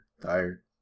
tired